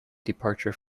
departure